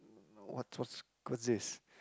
what's what's what's this